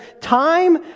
time